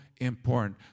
important